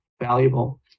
valuable